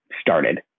started